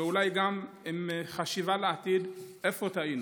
ואולי גם עם חשיבה לעתיד איפה טעינו.